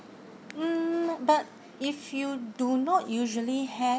mm but if you do not usually have